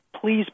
please